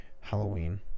Halloween